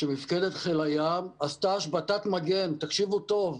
שמפקדת חיל הים עשתה השבתת מגן תקשיבו טוב,